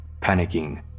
Panicking